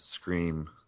scream